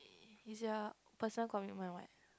is their person commitment what